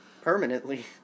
Permanently